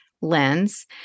lens